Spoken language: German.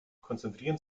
konzentrieren